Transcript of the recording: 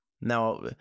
Now